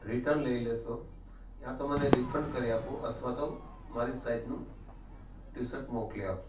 return લઈ લેશો યા તો મને રિફંડ કરી આપો અથવા તો મારી સાઈઝનું ટીસટ મોકલી આપો